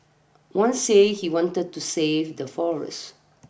one said he wanted to save the forests